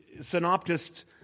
synoptists